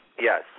Yes